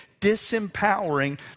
disempowering